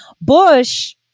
Bush